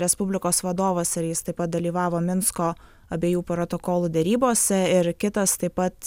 respublikos vadovas ir jis taip pat dalyvavo minsko abiejų protokolų derybose ir kitas taip pat